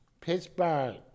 Pittsburgh